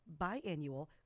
Biannual